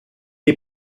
est